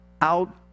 out